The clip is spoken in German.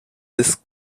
des